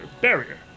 barrier